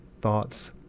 thoughts